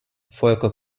volker